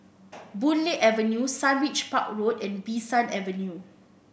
Boon Lay Avenue Sundridge Park Road and Bee San Avenue